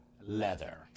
Leather